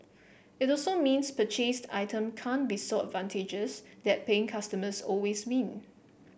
it also means purchased item can't be so advantageous that paying customers always win